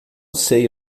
sei